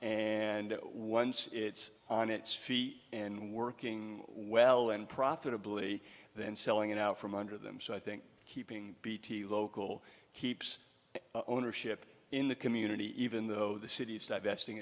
and once it's on its feet and working well and profitably then selling it out from under them so i think keeping bt local keeps ownership in the community even though the city is divest